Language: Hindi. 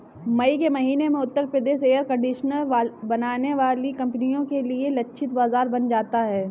मई के महीने में उत्तर प्रदेश एयर कंडीशनर बनाने वाली कंपनियों के लिए लक्षित बाजार बन जाता है